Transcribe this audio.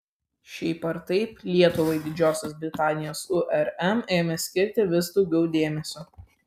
šiaip ar taip lietuvai didžiosios britanijos urm ėmė skirti vis daugiau dėmesio